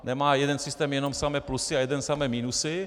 Nemá jeden systém jenom samé plusy a jeden samé minusy.